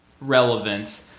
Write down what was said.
relevance